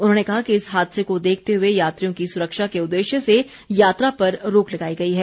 उन्होंने कहा कि इस हादसे को देखते हए यात्रियों की सुरक्षा के उददेश्य से यात्रा पर रोक लगाई गई है